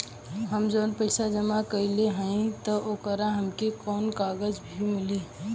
हम जवन पैसा जमा कइले हई त ओकर हमके कौनो कागज भी मिली?